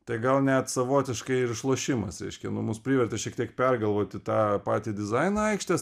tai gal net savotiškai ir išlošimas reiškia nu mus privertė šiek tiek pergalvoti tą patį dizainą aikštės